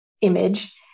image